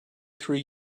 three